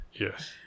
Yes